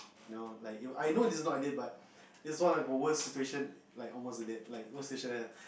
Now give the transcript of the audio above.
no like I know this is not a date but it's one of a worst situation like almost a date like worst situation